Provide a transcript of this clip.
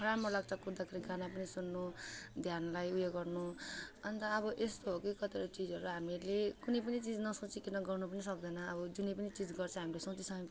राम्रो लाग्छ कुद्दा त्यो गाना पनि सुन्नु ध्यानलाई ऊ यो गर्नु अन्त अब यस्तो हो के कतिवटा चिजहरू हामीले कुनै पनि चिज नसोचिकन गर्नु पनि सक्दिनँ अब जुनै पनि चिज गर्छ हामीले सोच्छौँ